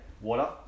Water